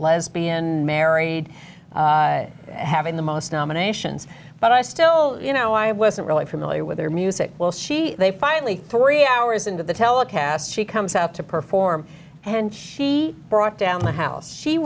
lesbian married having the most nominations but i still you know i wasn't really familiar with her music well she they finally three hours into the telecast she comes out to perform and she brought down the house she